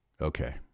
Okay